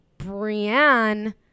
Brienne